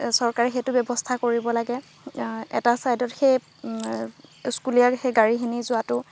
চৰকাৰে সেইটো ব্যৱস্থা কৰিব লাগে এটা ছাইডত সেই স্কুলীয়া সেই গাড়ীখিনি যোৱাতো